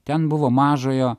ten buvo mažojo